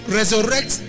Resurrect